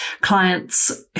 clients